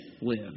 live